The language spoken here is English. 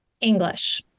English